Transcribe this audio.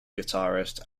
guitarist